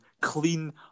clean